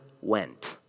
went